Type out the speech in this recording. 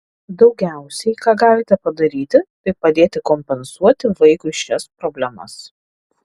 daugiausiai ką galite padaryti tai padėti kompensuoti vaikui šias problemas